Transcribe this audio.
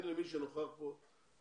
אני אחראית על